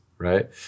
right